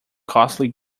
costly